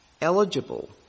eligible